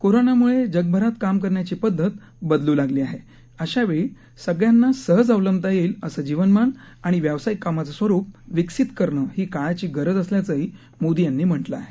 कोरोनाम्ळे जगभरात कामं करण्याची पदधत बदल् लागली आहे अशावेळी सगळ्यांना सहज अवलंबंता येईल असं जीवनमान आणि व्यावसायिक कामाचं स्वरुप विकसित करणं ही काळाची गरज असल्याचंही मोदी यांनी म्हटलं आहे